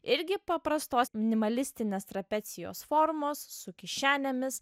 irgi paprastos minimalistinės trapecijos formos su kišenėmis